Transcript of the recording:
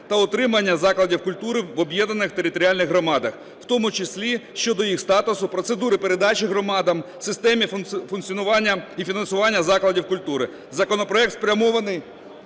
та утримання закладів культури в об'єднаних територіальних громадах, в тому числі щодо їх статусу, процедури передачі громадам, системі функціонування і фінансування закладів культури. Законопроект спрямований